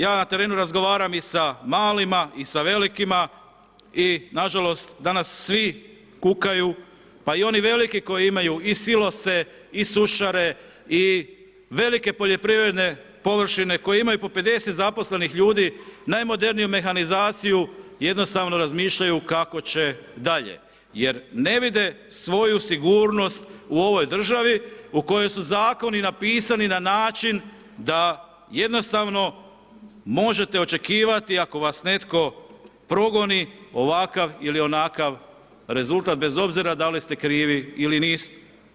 Ja na terenu razgovaram i sa malima i sa velikima i nažalost danas svi kukaju pa i oni veliki koji imaju i silose i sušare i velike poljoprivredne površine, koji imaju po 50 zaposlenih ljudi, najmoderniju mehanizaciju, jednostavno razmišljaju kako će dalje jer ne vide svoju sigurnost u ovoj državi u kojoj su zakoni napisani na način da jednostavno možete očekivati ako vas netko progoni ovakav ili onakav rezultat, bez obzira da li ste krivi ili niste.